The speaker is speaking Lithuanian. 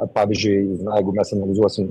pavyzdžiui na jeigu mes analizuosim